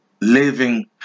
Living